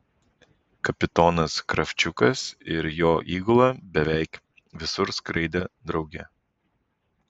kapitonas kravčiukas ir jo įgula beveik visur skraidė drauge